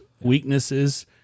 weaknesses